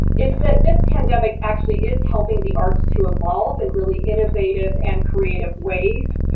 is that this pandemic actually is helping the arts to evolve in really innovative and creative ways,